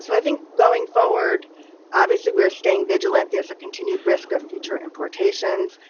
so i think going forward obviously we're staying vigilant, there's a continued risk of future importations.